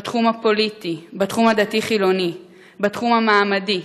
בתחום הפוליטי, בתחום הדתי-חילוני, בתחום המעמדי,